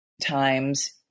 times